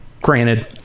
granted